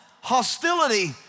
hostility